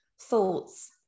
thoughts